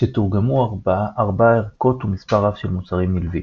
כשתורגמו ארבע ערכות ומספר רב של מוצרים נלווים.